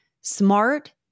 smart